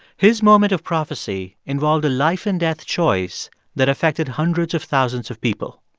his moment of prophecy involved a life-and-death choice that affected hundreds of thousands of people.